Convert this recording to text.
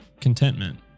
contentment